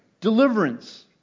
Deliverance